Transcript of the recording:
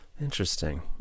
Interesting